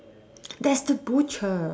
that's the butcher